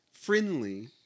friendly